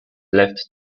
left